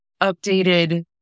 updated